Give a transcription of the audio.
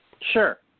Sure